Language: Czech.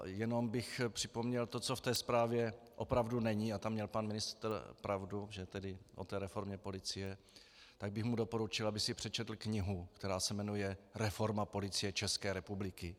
Jenom bych připomněl to, co v té zprávě opravdu není, a tam měl pan ministr pravdu, že o té reformě policie, tak bych mu doporučil, aby si přečetl knihu, která se jmenuje Reforma Policie České republiky.